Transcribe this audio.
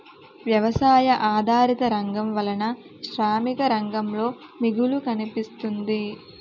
వ్యవసాయ ఆధారిత రంగం వలన శ్రామిక రంగంలో మిగులు కనిపిస్తుంది